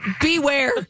beware